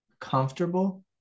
comfortable